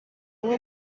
uwo